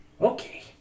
Okay